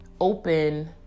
open